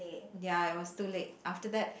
ya I was too late after that